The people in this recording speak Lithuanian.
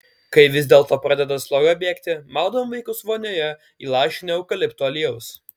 kai vis dėlto pradeda sloga bėgti maudom vaikus vonioje įlašinę eukalipto aliejaus